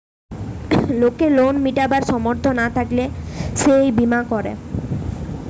লোকের লোন মিটাবার সামর্থ না থাকলে সে এই বীমা করে